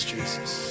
Jesus